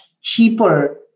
cheaper